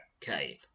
cave